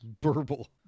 Burble